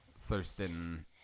thurston